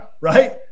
right